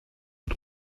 und